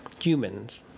humans